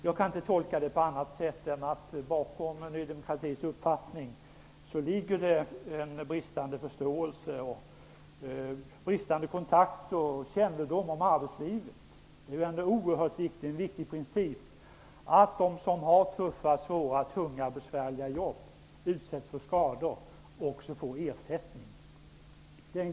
Jag kan inte tolka det på annat sätt än att det bakom nydemokraternas uppfattning ligger en bristande förståelse för, kontakt med och kännedom om arbetslivet. Det är en gammal och oerhört viktig princip att de som har tunga och besvärliga jobb och som utsätts för skador också får ersättning.